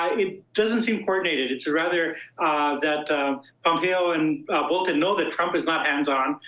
i mean doesn't seem coordinated. it's rather that pompeo and bolton know that trump is not hands-on,